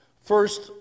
first